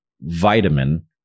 vitamin